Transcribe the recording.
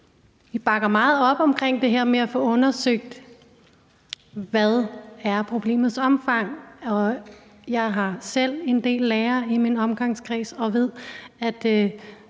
Alternativet meget op om det her med at få undersøgt, hvad problemets omfang er. Jeg har selv en del lærere i min omgangskreds og ved,